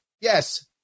Yes